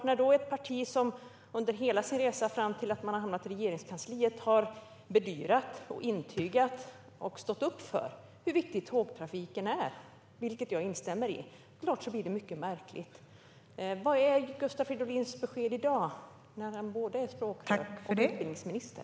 När ett parti som har under hela sin resa fram till att det har hamnat i Regeringskansliet bedyrat, intygat och stått upp för hur viktig tågtrafiken är - vilket jag instämmer i - blir det såklart mycket märkligt. Vad är Gustav Fridolins besked i dag när han är både språkrör och utbildningsminister?